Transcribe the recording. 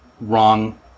wrong